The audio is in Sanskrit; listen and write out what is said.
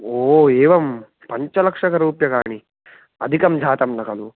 ओ एवं पञ्चलक्ष रूप्यकाणि अधिकं जातं न खलु